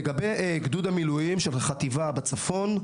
לגבי גדוד המילואים של החטיבה בצפון,